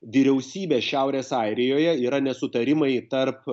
vyriausybės šiaurės airijoje yra nesutarimai tarp